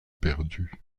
perdue